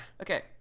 Okay